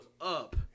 up